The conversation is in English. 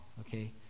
Okay